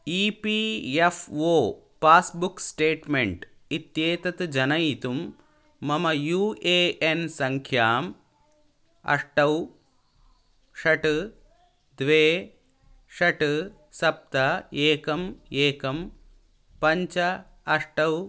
E P F O passbook statement इत्येतत् जनयितुं मम यु ए एन् सङ्ख्याम् अष्टौ षट् द्वे षट् सप्त एकं एकं पञ्च अष्टौ